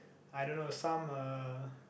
I don't know some uh